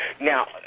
Now